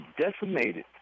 decimated